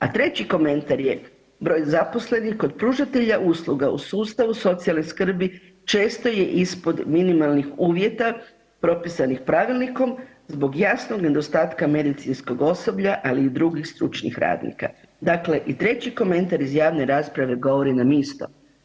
A treći komentar je: „Broj zaposlenih kod pružatelja usluga u sustavu socijalne skrbi često je ispod minimalnih uvjeta propisanih Pravilnikom zbog jasnog nedostatka medicinskog osoblja, ali i drugih stručnih radnika.“ Dakle, i treći komentar iz javne rasprave govori nam isto.